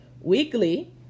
weekly